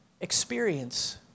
experience